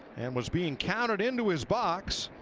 and was being counted into his box.